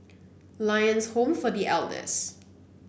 Lions Home for The Elders